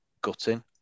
gutting